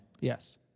Yes